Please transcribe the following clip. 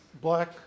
black